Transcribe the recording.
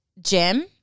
Jim